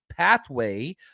pathway